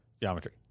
Geometry